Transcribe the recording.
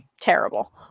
terrible